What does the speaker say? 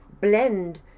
blend